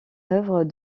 œuvre